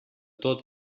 tot